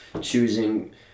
choosing